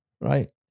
right